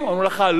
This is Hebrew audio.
זה אסור.